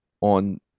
on